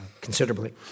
considerably